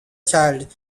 child